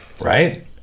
right